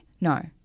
No